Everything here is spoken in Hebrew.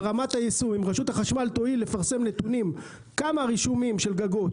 אם רשות החשמל תואיל לפרסם נתונים על כמות רישומים של גגות